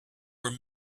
were